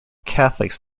catholics